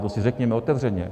To si řekněme otevřeně.